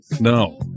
No